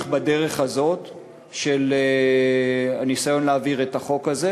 בדרך הזו של הניסיון להעביר את החוק הזה.